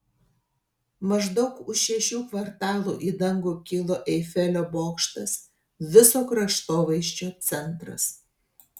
maždaug už šešių kvartalų į dangų kilo eifelio bokštas viso kraštovaizdžio centras